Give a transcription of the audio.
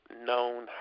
known